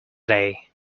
day